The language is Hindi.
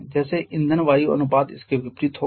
जैसे ईंधन वायु अनुपात इसके विपरीत होगा